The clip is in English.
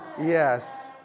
yes